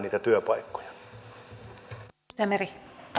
niitä työpaikkoja